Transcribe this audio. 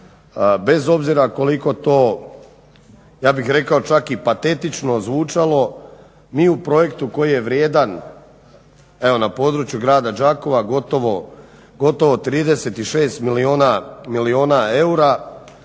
bez obzira koliko to ja bih rekao čak i patetično zvučalo mi u projektu koji je vrijedan evo na području grada Đakova gotovo 36 milijuna eura